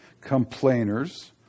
complainers